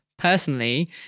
personally